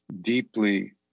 deeply